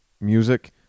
music